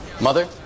Mother